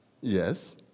Yes